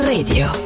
Radio